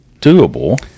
doable